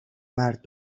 مرد